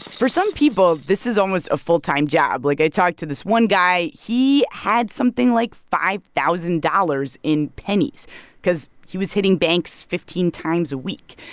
for some people, this is almost a full-time job. like, i talked to this one guy. he had something like five thousand dollars in pennies because he was hitting banks fifteen times a week.